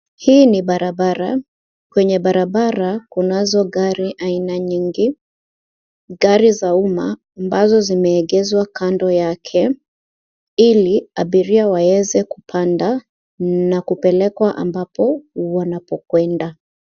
Hii ni barabara. Kwenye barabara kunazo gari aina nyingi. Gari za umma ambazo zimeegeshwa mbele yake ili abiria waweze kupanda na kupelekwa ambapo wanapokwenda.